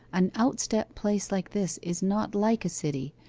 an out-step place like this is not like a city,